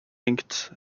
inked